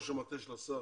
המטה של השר